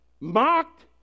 mocked